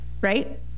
right